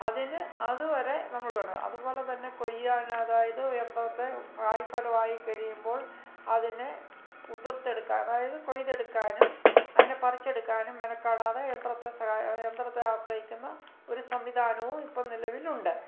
അതിന് അതുവരെ നമ്മൾ കണ്ടു അതുപോലെത്തന്നെ കൊയ്യാൻ അതായത് യന്ത്രത്തെ കായി ഫലം ആയിക്കഴിയുമ്പോൾ അതിന് ഉതിർത്തെടുക്കാൻ അതായത് കൊയ്തെടുക്കാനും അതിനെ പറിച്ചെടുക്കാനും മെനക്കെടാതെ യന്ത്രത്തെ യന്ത്രത്തെ ആശ്രയിക്കുന്ന ഒരു സംവിധാനവും ഇപ്പം നിലവിലുണ്ട്